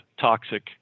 toxic